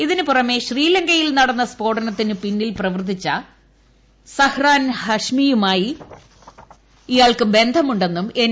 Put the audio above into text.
ഇതിനു പുറമെ ശ്രീലങ്കയിൽ നടന്ന സ്ഫോടനത്തിനു പിന്നിൽ പ്രവർത്തിച്ച സഹ്രാൻ ഹാഷിമുമായി ഇയാൾക്ക് ബന്ധമുണ്ടെന്നും എൻ